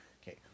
Okay